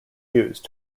used